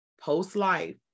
post-life